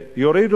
להוריד,